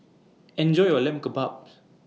Enjoy your Lamb Kebabs